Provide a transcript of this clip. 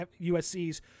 USC's